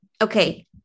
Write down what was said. Okay